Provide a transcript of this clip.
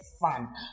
fun